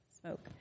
smoke